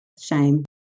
Shame